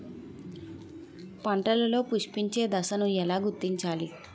పంటలలో పుష్పించే దశను ఎలా గుర్తించాలి?